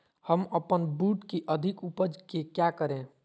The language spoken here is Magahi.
हम अपन बूट की अधिक उपज के क्या करे?